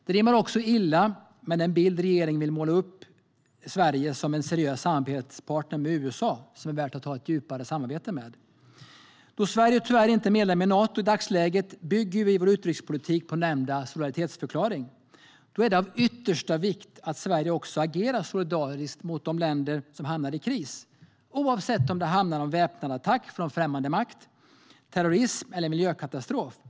Det rimmar också illa med den bild regeringen vill måla upp av Sverige som en seriös samarbetspartner med USA som det är värt att ha ett djupare samarbete med. Då Sverige tyvärr inte är medlem i Nato i dagsläget bygger vår utrikespolitik på nämnda solidaritetsförklaring. Det är då av yttersta vikt att Sverige också agerar solidariskt mot de länder som hamnar i kris, oavsett om det handlar om en väpnad attack från främmande makt, terrorism eller en miljökatastrof.